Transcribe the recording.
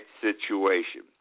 situation